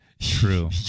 True